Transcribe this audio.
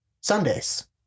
sundays